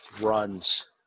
runs